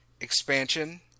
expansion